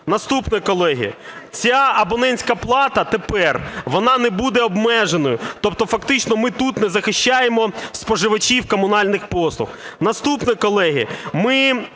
Наступне, колеги. Ця абонентська плата тепер вона не буде обмеженою. Тобто фактично ми тут не захищаємо споживачів комунальних послуг. Наступне, колеги. Ми